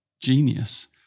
genius